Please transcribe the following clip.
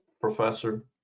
professor